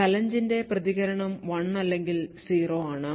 ചലഞ്ചിന്റെ പ്രതികരണം 1 അല്ലെങ്കിൽ 0 ആണ്